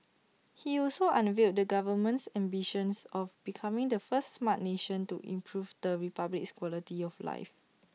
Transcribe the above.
he also unveiled the government's ambitions of becoming the first Smart Nation to improve the republic's quality of life